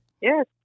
Yes